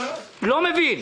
לא מבין.